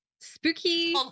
spooky